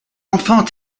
enfants